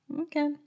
Okay